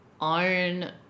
own